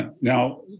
Now